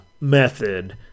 method